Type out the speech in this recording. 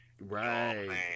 right